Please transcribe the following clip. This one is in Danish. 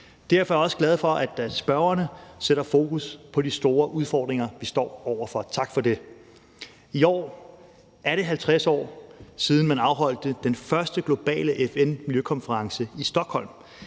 Derfor er jeg også glad for, at spørgerne sætter fokus på de store udfordringer, vi står over for. Tak for det. I år er det 50 år siden, man afholdt den første globale FN-miljøkonference i Stockholm,